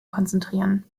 konzentrieren